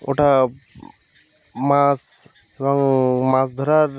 ওটা মাছ এবং মাছ ধরার